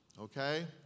Okay